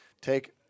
Take